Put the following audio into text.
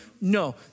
No